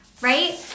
Right